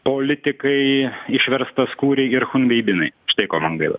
politikai išverstaskūriai ir chunveibinai štai ko man gaila